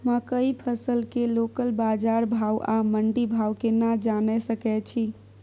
मकई फसल के लोकल बाजार भाव आ मंडी भाव केना जानय सकै छी?